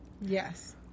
Yes